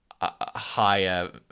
higher